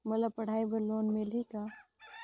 मोला पढ़ाई बर लोन मिलही का?